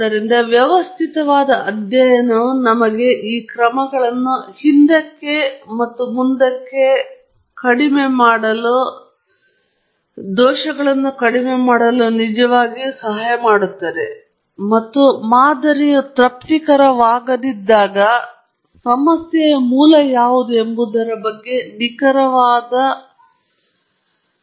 ಆದ್ದರಿಂದ ವ್ಯವಸ್ಥಿತವಾದ ಅಧ್ಯಯನವು ನಮಗೆ ಈ ಕ್ರಮಗಳನ್ನು ಹಿಂದಕ್ಕೆ ಮತ್ತು ಮುಂದಕ್ಕೆ ಕಡಿಮೆ ಮಾಡಲು ನಿಜವಾಗಿಯೂ ಸಹಾಯ ಮಾಡುತ್ತದೆ ಮತ್ತು ಮಾದರಿಯು ತೃಪ್ತಿಕರವಾಗದಿದ್ದಾಗ ಸಮಸ್ಯೆಯ ಮೂಲ ಯಾವುದು ಎಂಬುದರ ಬಗ್ಗೆ ನಿಖರವಾದ ನಿಖರತೆಯೊಂದಿಗೆ ಪಾಯಿಂಟ್ ಅನ್ನು ಪಿನ್ ಮಾಡಲು ಸಾಧ್ಯವಾಗುತ್ತದೆ